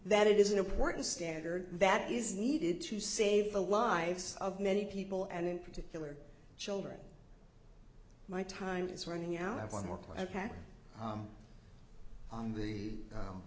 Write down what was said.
that it is an important standard that is needed to save the lives of many people and in particular children my time is running out of one more impact on the